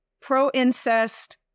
pro-incest